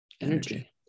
energy